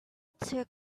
took